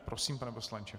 Prosím, pane poslanče.